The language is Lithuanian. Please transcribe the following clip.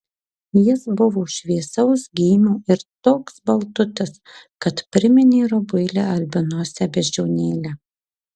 jis buvo šviesaus gymio ir toks baltutis kad priminė rubuilę albinosę beždžionėlę